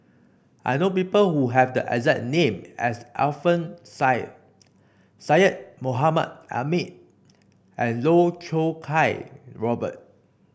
I know people who have the exact name as Alfian Sa'at Syed Mohamed Ahmed and Loh Choo Kiat Robert